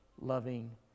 loving